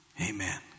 Amen